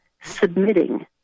submitting